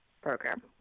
program